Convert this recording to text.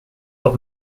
but